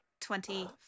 twenty